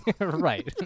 right